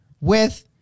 with-